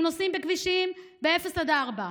הם נוסעים בכבישים, באפס עד ארבע,